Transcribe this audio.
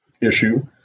issue